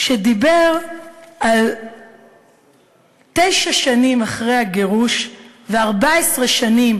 שדיבר על תשע שנים אחרי הגירוש ו-14 שנים